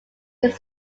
his